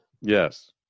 Yes